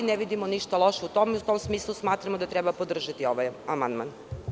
Ne vidimo ništa loše u tome i u tom smislu smatramo da treba podržati ovaj amandman.